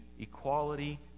equality